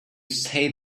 say